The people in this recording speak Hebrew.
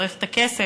צריך את הכסף